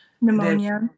Pneumonia